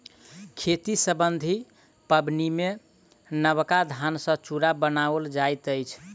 खेती सम्बन्धी पाबनिमे नबका धान सॅ चूड़ा बनाओल जाइत अछि